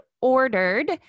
ordered